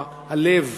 היא הלב